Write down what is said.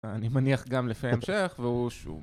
אני מניח גם לפי ההמשך והוא שום